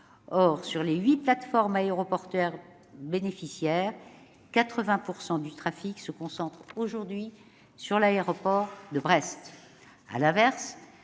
Or, sur les huit plateformes aéroportuaires bénéficiaires, 80 % du trafic se concentre sur l'aéroport de Brest. L'activité